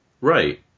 Right